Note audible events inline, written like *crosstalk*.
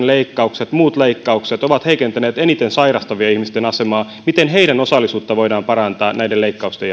*unintelligible* leikkaukset muut leikkaukset ovat heikentäneet eniten sairastavien ihmisten asemaa miten heidän osallisuuttaan voidaan parantaa näiden leikkausten *unintelligible*